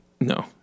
no